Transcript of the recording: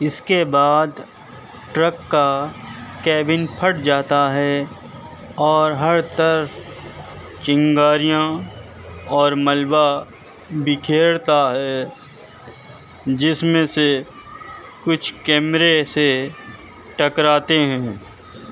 اس کے بعد ٹرک کا کیبن پھٹ جاتا ہے اور ہر طرف چنگاریاں اور ملبا بکھیرتا ہے جس میں سے کچھ کیمرے سے ٹکراتے ہیں